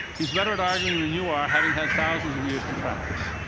he's better at arguing than you are, having had thousands of years to practice.